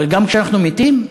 אבל גם כשאנחנו מתים?